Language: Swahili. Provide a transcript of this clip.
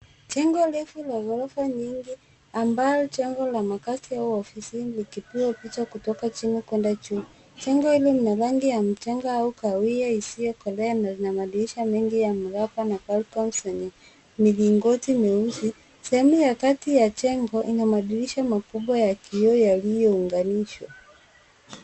Jengo refu la ghorofa nyingi ambalo, jengo la makaazi au ofisi, likipigwa picha kutoka chini kuenda juu. Jengo hili lina rangi ya mchanga au kahawia isiyokolea na lina madirisha mengi ya mraba na balcony zenye milingoti nyeusi. Sehemu ya kati ya jengo, ina madirisha makubwa ya kioo yaliyounganishwa.